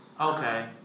Okay